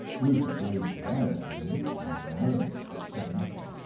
rupert raised his eyebrows and looked at him for a moment, but said nothing.